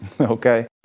okay